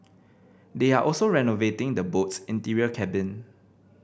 they are also renovating the boat's interior cabin